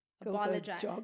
apologize